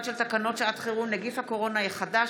של תקנות שעת חירום (נגיף הקורונה החדש,